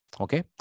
Okay